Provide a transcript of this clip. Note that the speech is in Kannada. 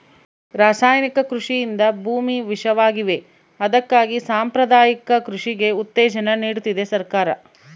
ರಾಸಾಯನಿಕ ಕೃಷಿಯಿಂದ ಭೂಮಿ ವಿಷವಾಗಿವೆ ಅದಕ್ಕಾಗಿ ಸಾಂಪ್ರದಾಯಿಕ ಕೃಷಿಗೆ ಉತ್ತೇಜನ ನೀಡ್ತಿದೆ ಸರ್ಕಾರ